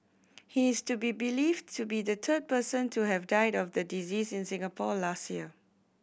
he is to be believed to be the third person to have died of the disease in Singapore last year